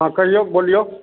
हँ कहियौ बोलियौ